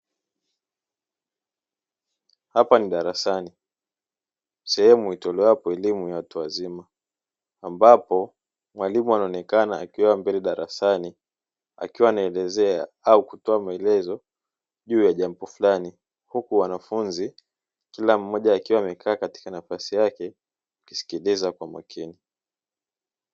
Hapa ni darasani, sehemu ambapo elimu ya watu wazima, ambapo mwalimu anaonekana akiwa mbele ya darasani akiwa anaelezea au kutoa maelezo juu ya jambo fulani huku wanafunzi, kila mmoja akiwa amekaa katika nafasi yake kusikiliza kwa makini.